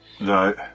no